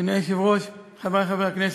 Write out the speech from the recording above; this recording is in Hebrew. אדוני היושב-ראש, חברי חברי הכנסת,